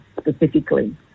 specifically